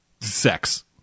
sex